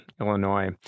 Illinois